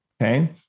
Okay